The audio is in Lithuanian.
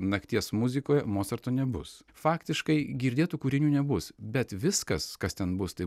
nakties muzikoj mocarto nebus faktiškai girdėtų kūrinių nebus bet viskas kas ten bus tai